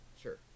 Sure